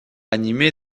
animé